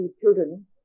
children